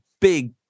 big